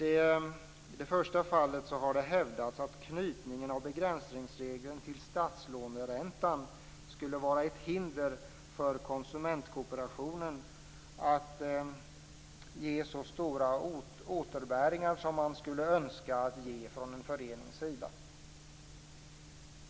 I det första fallet har hävdats att knytningen av begränsningsregeln till statslåneräntan skulle vara ett hinder för konsumentkooperationen att ge så stora återbäringar som man skulle önska att ge från en förenings sida.